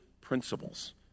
principles